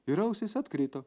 ir ausys atkrito